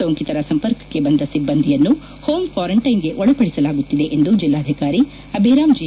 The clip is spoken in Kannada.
ಸೋಂಕಿತರ ಸಂಪರ್ಕಕ್ಕೆ ಬಂದ ಸಿಬ್ಬಂದಿಯನ್ನು ಹೋಮ್ ಕ್ವಾರಂಟೈನ್ಗೆ ಒಳಪಡಿಸಲಾಗುತ್ತಿದೆ ಎಂದು ಜಿಲ್ಲಾಧಿಕಾರಿ ಅಭಿರಾಮ್ ಜಿ